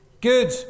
Good